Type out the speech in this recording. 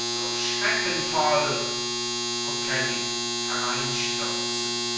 so schreckenvoll okelly hereinstürzend